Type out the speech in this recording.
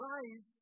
Life